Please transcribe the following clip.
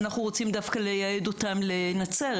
אנחנו רוצים דווקא לייעד אותם לנצרת,